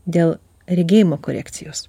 dėl regėjimo korekcijos